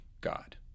God